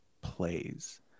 plays